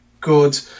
good